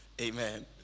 Amen